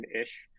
ish